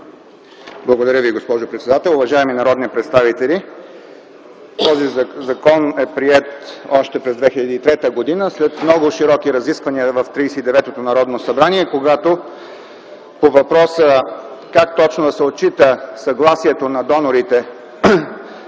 Благодаря Ви, госпожо председател. Уважаеми народни представители, този закон е приет още през 2003 г. след много широки разисквания в Тридесет и деветото Народно събрание, когато по въпроса как точно да се отчита съгласието на донорите,